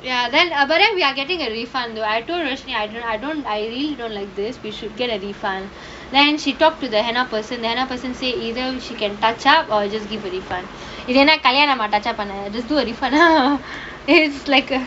ya then err but then we are getting a refund though I told roshni I don't I don't like this we should get a refund then she talked to the henna person the the person say either she can touch out or just give a refund இது என்ன கல்யாணமா:ithu enna kalyaanamaa touch up பண்ண:panna just do a refund is like a